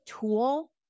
tool